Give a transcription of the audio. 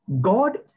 God